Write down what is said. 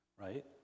right